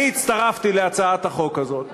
אני הצטרפתי להצעת החוק הזאת.